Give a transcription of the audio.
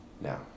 Now